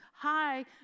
Hi